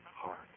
heart